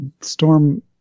Storm